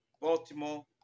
Baltimore